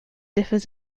differs